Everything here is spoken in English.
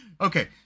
Okay